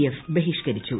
F ബഹിഷ്ക്കരിച്ചു